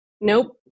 nope